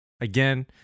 again